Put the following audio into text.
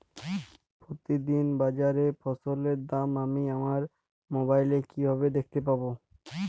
প্রতিদিন বাজারে ফসলের দাম আমি আমার মোবাইলে কিভাবে দেখতে পাব?